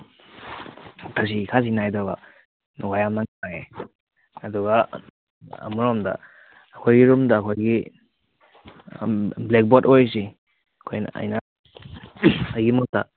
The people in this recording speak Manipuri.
ꯊꯛꯁꯤ ꯈꯥꯁꯤ ꯅꯥꯏꯗꯕ ꯑꯗꯨꯒ ꯑꯃꯔꯣꯝꯗ ꯑꯩꯈꯣꯏꯒꯤ ꯔꯨꯝꯗ ꯑꯩꯈꯣꯏꯒꯤ ꯕ꯭ꯂꯦꯛꯕꯣꯔꯠ ꯑꯣꯏꯔꯤꯁꯦ ꯑꯩꯈꯣꯏꯅ ꯑꯩꯅ ꯑꯩꯒꯤ ꯃꯣꯠꯇ